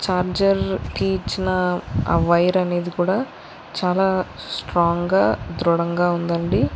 ఛార్జర్కి ఇచ్చిన ఆ వైర్ అనేది కూడా చాలా స్ట్రాంగ్గా దృఢంగా ఉందండి